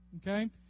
Okay